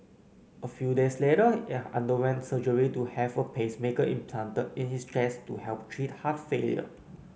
a few days later he underwent surgery to have a pacemaker implanted in his chest to help treat heart failure